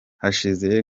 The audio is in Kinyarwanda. hashize